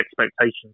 expectations